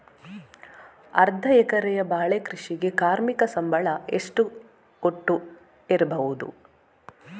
ಅರ್ಧ ಎಕರೆಯ ಬಾಳೆ ಕೃಷಿಗೆ ಕಾರ್ಮಿಕ ಸಂಬಳ ಒಟ್ಟು ಎಷ್ಟಿರಬಹುದು?